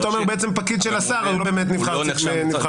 אז פקיד של השר הוא לא באמת נבחר ציבור.